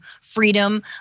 freedom